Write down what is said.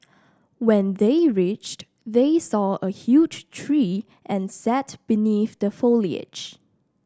when they reached they saw a huge tree and sat beneath the foliage